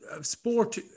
sport